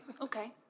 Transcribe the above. Okay